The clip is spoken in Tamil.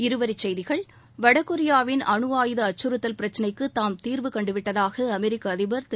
இருவரிச் செய்திகள் வடகொரியாவின் அனு ஆயுத அச்சுறுத்தல் பிரச்னைக்கு தாம் தீர்வு கண்டுவிட்டதாக அமெரிக்க அதிபர் திரு